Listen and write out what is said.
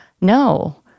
no